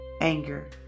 anger